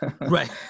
Right